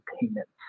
payments